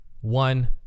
one